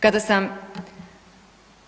Kada sam